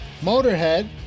Motorhead